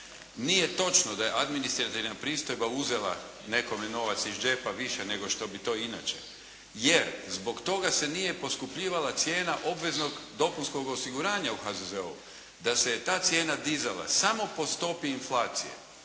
Nije točno da je administrativna pristojba uzela nekome novac iz džepa više nego što bi to inače, jer zbog toga se nije poskupljivala cijena obveznog dopunskog osiguranja u HZZO-u. Da se je ta cijena dizala samo po stopi inflacije,